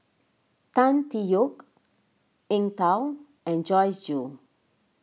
Tan Tee Yoke Eng Tow and Joyce Jue